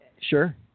Sure